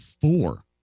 four